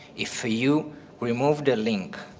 if you remove the link,